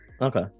okay